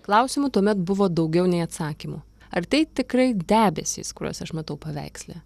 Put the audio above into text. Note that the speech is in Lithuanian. klausimų tuomet buvo daugiau nei atsakymų ar tai tikrai debesys kuriuos aš matau paveiksle